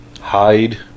hide